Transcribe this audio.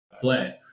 play